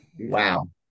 Wow